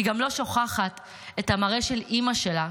היא גם לא שוכחת את המראה של אימא שלה,